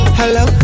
hello